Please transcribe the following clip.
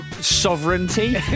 sovereignty